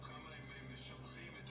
ועוד מעון לראש הממשלה ועוד כל מיני עסקאות